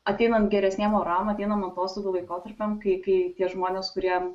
ateinant geresniem oram ateinat atostogų laikotarpiam kai kai tie žmonės kurie